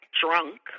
drunk